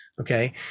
okay